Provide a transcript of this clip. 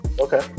Okay